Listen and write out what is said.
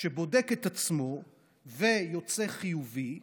שבודק את עצמו ויוצא חיובי,